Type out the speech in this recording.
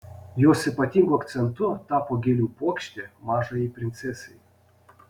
jos ypatingu akcentu tapo gėlių puokštė mažajai princesei